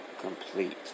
complete